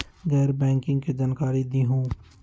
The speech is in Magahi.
गैर बैंकिंग के जानकारी दिहूँ?